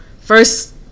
first